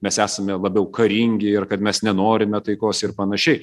mes esame labiau karingi ir kad mes nenorime taikos ir panašiai